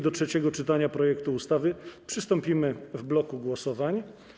Do trzeciego czytania projektu ustawy przystąpimy w bloku głosowań.